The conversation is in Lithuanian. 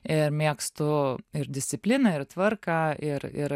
ir mėgstu ir discipliną ir tvarką ir ir